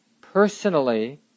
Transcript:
personally